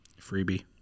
freebie